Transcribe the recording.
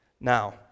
Now